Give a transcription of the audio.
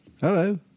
Hello